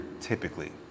typically